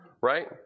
Right